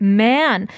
man